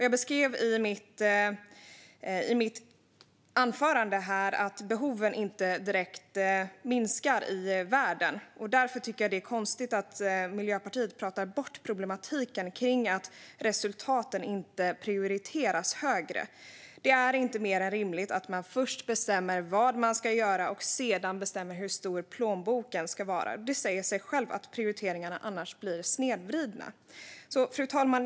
Jag beskrev i mitt huvudanförande att behoven inte direkt minskar i världen. Därför tycker jag att det är konstigt att Miljöpartiet pratar bort problematiken kring att resultaten inte prioriteras högre. Det är inte mer än rimligt att man först bestämmer vad man ska göra och sedan bestämmer hur stor plånboken ska vara. Det säger sig självt att prioriteringarna annars blir snedvridna. Fru talman!